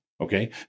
okay